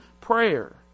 prayer